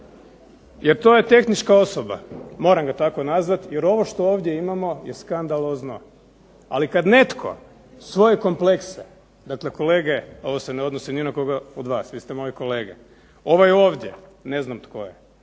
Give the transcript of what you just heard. jer to je tehnička osoba, moram ga tako nazvati jer ovo što ovdje imamo je skandalozno. Ali kad netko svoje komplekse, dakle kolege ovo se ne odnosi ni na koga od vas vi ste moji kolege, ovaj ovdje ne znam tko je,